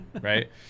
Right